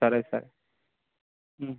సరే సరే